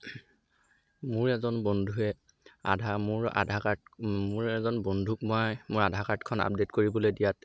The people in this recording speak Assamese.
মোৰ এজন বন্ধুৱে আধা মোৰ আধাৰ কাৰ্ড মোৰ এজন বন্ধুক মই মোৰ আধাৰ কাৰ্ডখন আপডেট কৰিবলৈ দিয়াত